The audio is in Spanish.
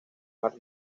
mar